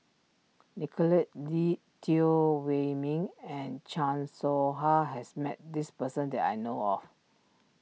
Nicolette D Teo Wei Min and Chan Soh Ha has met this person that I know of